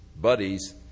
buddies